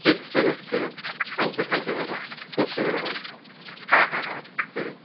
ঠিক ঠিক আছে ঠিক আছে থ্যাংক ইউ থ্যাংক ইউ দাদা খুব সুবিধা হলো হ্যাঁ হ্যাঁ হ্যাঁ ঠিক আছে